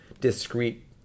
discrete